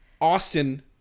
Austin